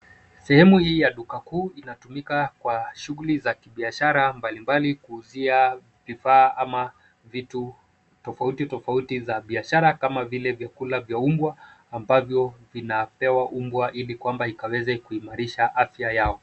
Sehemu hii ya duka kuu inatumika kwa shughuli za kibiashara mbali mbali kuuzia vifaa ama vitu tofauti tofauti za biashara kama vile vyakula vya umbwa ambavyo vinapewa umbwa ili kwamba ikaweze kuimarisha afya yao.